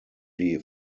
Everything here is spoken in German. die